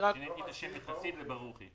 אליהו ברוכי.